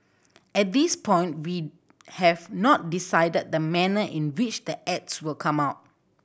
at this point we have not decided the manner in which the ads will come out